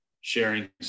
sharing